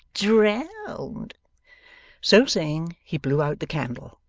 drowned so saying, he blew out the candle,